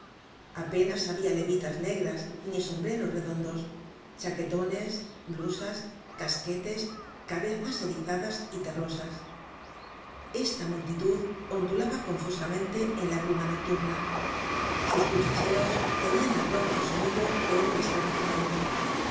apenas habia levitas negras ni sombreros redondos chaquetones blusas casquetes cabezas erizadas y terrosas esta multitud ondulaba confusamente en la bruma nocturna sus cuchicheos tenian el ronco sonido de un estremecimiento